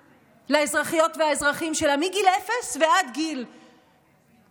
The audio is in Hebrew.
לאזרחיות והאזרחים שלה מגיל אפס ועד גיל 120,